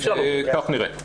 כך נראה.